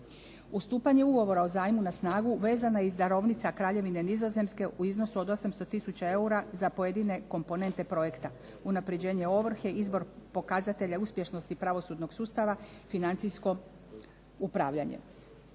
U stupanje u ugovor o zajmu na zajmu na snagu vezana iz darovnica Kraljevine Nizozemske u iznosu od 800 tisuća eura za pojedine komponente projekta, unapređenje ovrhe, izbor pokazatelja uspješnosti pravosudnog sustava, financijsko upravljanje.